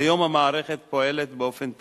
כיום המערכת פועלת באופן תקין.